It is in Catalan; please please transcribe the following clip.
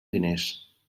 diners